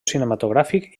cinematogràfic